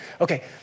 Okay